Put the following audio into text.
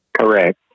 Correct